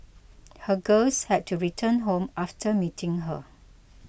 her girls had to return home after meeting her